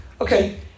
Okay